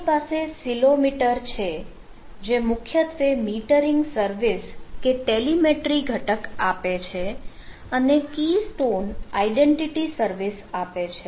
આપણી પાસે સીલોમીટર છે જે મુખ્યત્વે મીટરીંગ સર્વિસ કે ટેલીમેટ્રિક ઘટક આપે છે અને કી સ્ટોન આઇડેન્ટિટી સર્વિસ આપે છે